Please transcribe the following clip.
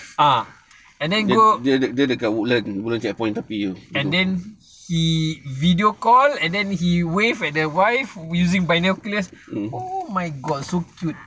ah and then go and then he video call and then he wave at the wife using binoculars oh my god so cute